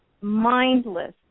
mindless